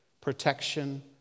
protection